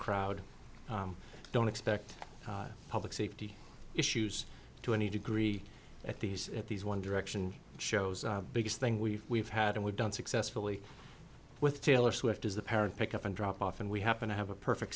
crowd don't expect public safety issues to any degree at these at these one direction shows biggest thing we've we've had and we've done successfully with taylor swift as the parent pick up and drop off and we happen to have a perfect